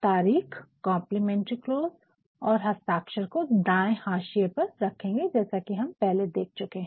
तारिख complimentary close और हस्ताक्षर को दाए हाशिये पर रखेंगे जैसा की हम पहले देख चुके है